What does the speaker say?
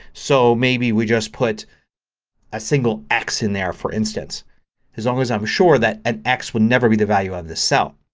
so maybe we just put a single x in there for instance as long as i'm sure that and x would never be the value of the cell.